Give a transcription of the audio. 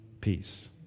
peace